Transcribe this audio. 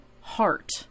Heart